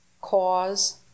cause